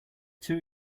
too